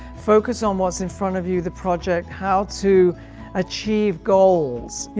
focus on what's in front of you, the project, how to achieve goals.